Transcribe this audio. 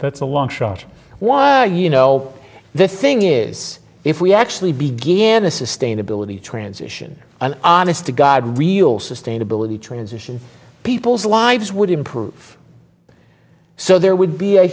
's a long shot while you know the thing is if we actually began a sustainability transition an honest to god real sustainability transition people's lives would improve so there would be a